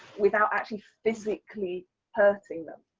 without actually physically hurting them.